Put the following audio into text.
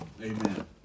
Amen